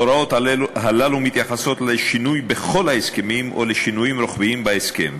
ההוראות הללו מתייחסות לשינוי בכל ההסכמים או לשינויים רוחביים בהסכם.